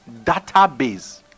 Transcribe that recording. database